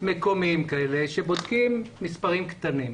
מקומיים שבודקים מספרים קטנים.